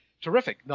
terrific